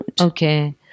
Okay